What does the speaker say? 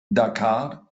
dakar